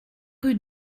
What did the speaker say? rue